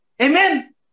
Amen